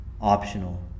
optional